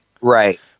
Right